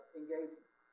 engagement